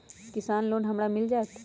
किसान लोन हमरा मिल जायत?